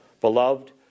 Beloved